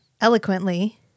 eloquently